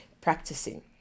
practicing